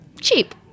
cheap